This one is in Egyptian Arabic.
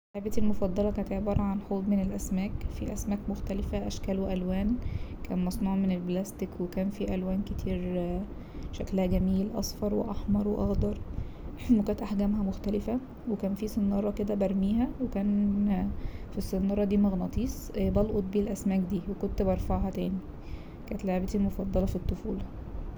لعبتي المفضلة كانت عبارة عن حوض من الاسماك فيه اسماك مختلفة اشكال والوان كان مصنوع من البلاستيك وكان في الوان كتير شكلها جميل اصفر واحمر واخضر وكانت احجامها مختلفة وكان فيه سنارة كده برميها وكان في السنارة دي مغناطيس بلقط بيه الاسماك دي وكنت برفعها تاني كانت لعبتي المفضلة في الطفولة.